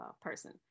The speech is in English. person